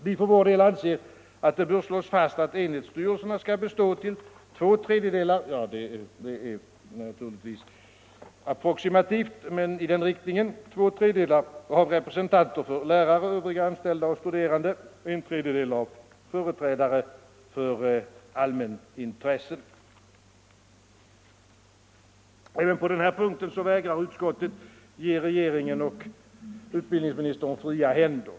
Vi för vår del anser att det bör slås fast att enhetsstyrelserna skall bestå till två tredjedelar — det är naturligtvis approximativt men någonting i den riktningen — av representanter för lärare, övriga anställda och studerande och till en tredjedel av företrädare för allmänintresset. Även på den här punkten vägrar utskottet ge regeringen och utbildningsministern fria händer.